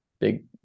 big